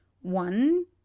one